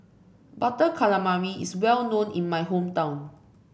Butter Calamari is well known in my hometown